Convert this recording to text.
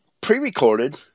pre-recorded